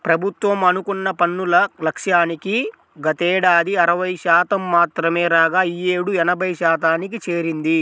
ప్రభుత్వం అనుకున్న పన్నుల లక్ష్యానికి గతేడాది అరవై శాతం మాత్రమే రాగా ఈ యేడు ఎనభై శాతానికి చేరింది